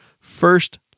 First